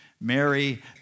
Mary